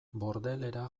bordelera